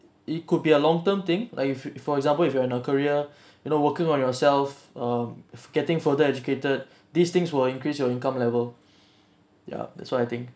it could be a long term thing like if for example if you are in a career you know working on yourself um getting further educated these things will increase your income level ya that's what I think